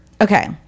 Okay